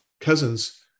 cousins